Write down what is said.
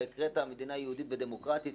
גם אתה אמרת "מדינה יהודית ודמוקרטית,